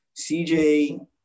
CJ